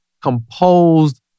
composed